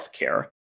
healthcare